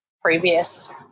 previous